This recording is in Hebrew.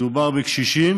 מדובר בקשישים